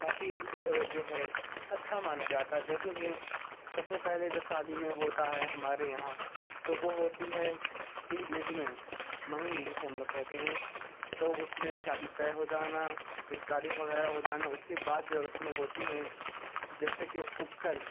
کافی ایک جو ہے اچھا مانا جاتا ہے جیسےکہ سب سے پہلے جو شادی میں ہوتا ہے ہمارے یہاں تو وہ ہوتی ہے انگیجمینٹ منگنی جسے ہم لوگ کہتے ہیں تو اس میں شادی طے ہو جانا دن تاریخ وغیرہ ہو جانا اس کے بعد جو رسمیں ہوتی ہیں جیسے کہ اپٹن